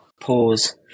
pause